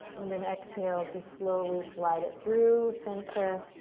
and then exhale to slowly slide it through center,